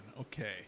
Okay